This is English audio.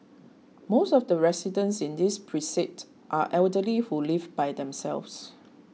most of the residents in this precinct are elderly who live by themselves